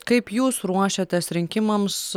kaip jūs ruošiatės rinkimams